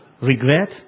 regret